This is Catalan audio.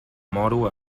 moro